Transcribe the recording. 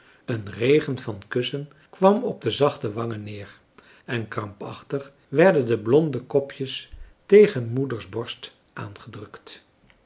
een regen van kussen kwam op de zachte wangen neer en krampachtig werden de blonde kopjes tegen moeders borst aangedrukt